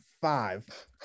five